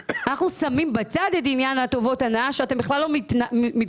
אנחנו שמים בצד את עניין טובות ההנאה שאתם בכלל לא מתייחסים